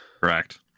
Correct